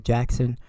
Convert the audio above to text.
Jackson